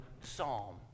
psalm